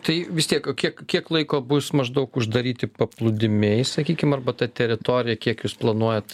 tai vis tiek kiek kiek laiko bus maždaug uždaryti paplūdimiai sakykim arba ta teritorija kiek jūs planuojat